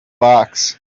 box